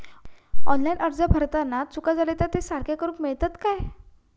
Online अर्ज भरताना चुका जाले तर ते सारके करुक मेळतत काय?